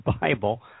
Bible